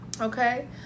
Okay